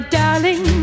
darling